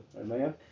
Amen